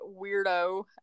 weirdo